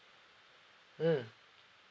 mm